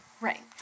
Right